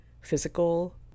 physical